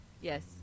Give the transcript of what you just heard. yes